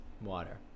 water